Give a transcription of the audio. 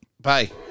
bye